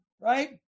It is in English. right